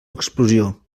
explosió